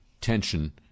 tension